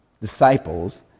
disciples